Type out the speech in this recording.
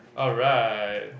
alright